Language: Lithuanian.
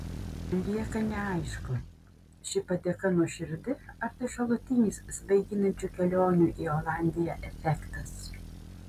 lieka neaišku ši padėka nuoširdi ar tai šalutinis svaiginančių kelionių į olandiją efektas